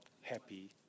happy